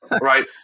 right